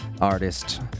artist